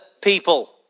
people